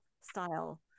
style